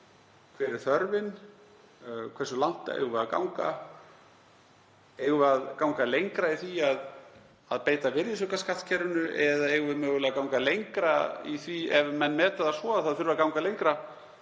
Hver er þörfin? Hversu langt eigum við að ganga? Eigum við að ganga lengra í því að beita virðisaukaskattskerfinu eða eigum við mögulega að ganga lengra, ef menn meta það svo að það þurfi að ganga lengra,